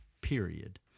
period